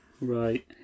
Right